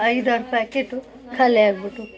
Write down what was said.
ಐದಾರು ಪ್ಯಾಕೆಟು ಖಾಲಿ ಆಗಿಬಿಟ್ವು